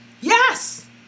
Yes